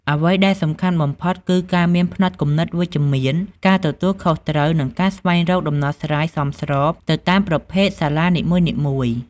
អ្វីដែលសំខាន់បំផុតគឺការមាន ផ្នត់គំនិតវិជ្ជមាន ការទទួលខុសត្រូវ និងការស្វែងរកដំណោះស្រាយសមស្របទៅតាមប្រភេទសាលានីមួយៗ។